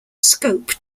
scope